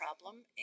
problem